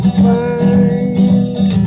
find